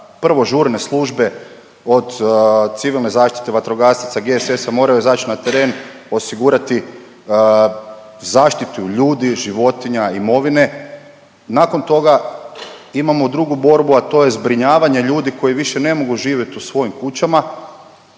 prvo žurne službe od civilne zaštite, vatrogasaca, GSS-a, moraju izać na teren, osigurati zaštitu ljudi, životinja i imovine. Nakon toga imamo drugu borbu, a to je zbrinjavanje ljudi koji više ne mogu živjeti u svojim kućama,